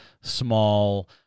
small